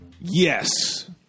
Yes